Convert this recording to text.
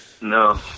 no